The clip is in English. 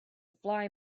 fly